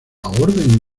orden